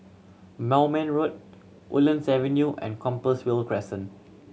Moulmein Road Woodlands Avenue and Compassvale Crescent